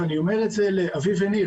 ואני אומר את זה לאביב וניר,